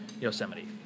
Yosemite